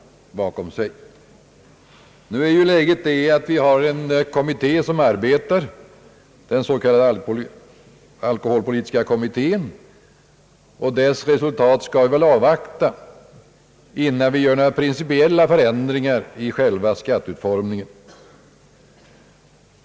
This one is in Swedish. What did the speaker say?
Nu arbetar den s.k. alkoholpolitiska kommittén, och dess resultat skall vi väl avvakta innan vi gör några principiella förändringar i själva skatteutformningen.